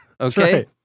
Okay